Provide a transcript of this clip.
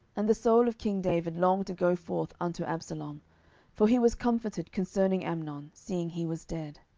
and the soul of king david longed to go forth unto absalom for he was comforted concerning amnon, seeing he was dead.